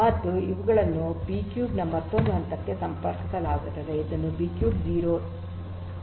ಮತ್ತು ಇವುಗಳನ್ನು ಬಿಕ್ಯೂಬ್ ನ ಮತ್ತೊಂದು ಹಂತಕ್ಕೆ ಸಂಪರ್ಕಿಸಲಾಗುತ್ತದೆ ಇದನ್ನು ಬಿಕ್ಯೂಬ್ 0 ಎಂದು ಹೇಳೋಣ